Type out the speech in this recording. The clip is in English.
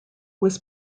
was